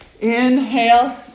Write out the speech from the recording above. Inhale